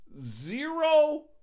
zero